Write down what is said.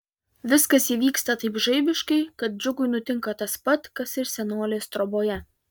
viskas įvyksta taip žaibiškai kad džiugui nutinka tas pat kas ir senolės troboje